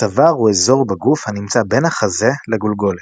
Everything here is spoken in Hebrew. הצוואר הוא אזור בגוף הנמצא בין החזה לגולגולת.